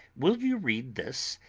will you read this,